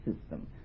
system